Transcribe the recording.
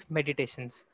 Meditations